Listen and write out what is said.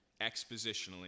expositionally